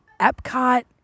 Epcot